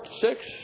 six